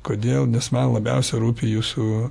kodėl nes man labiausiai rūpi jūsų